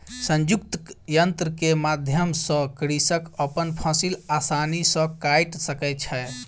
संयुक्तक यन्त्र के माध्यम सॅ कृषक अपन फसिल आसानी सॅ काइट सकै छै